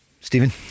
Stephen